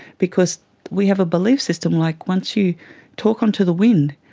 because we have a belief system, like once you talk into the wind,